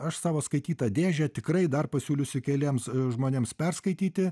aš savo skaitytą dėžę tikrai dar pasiūlysiu keliems žmonėms perskaityti